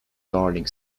darling